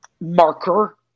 marker